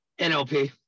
NLP